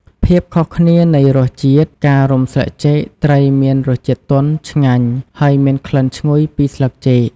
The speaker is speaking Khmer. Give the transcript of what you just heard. ភាពខុសគ្នានៃរសជាតិការរុំស្លឹកចេកត្រីមានរសជាតិទន់ ឆ្ងាញ់ ហើយមានក្លិនឈ្ងុយពីស្លឹកចេក។